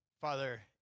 Father